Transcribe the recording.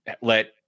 let